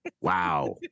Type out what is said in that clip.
Wow